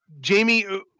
jamie